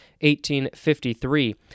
1853